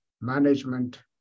management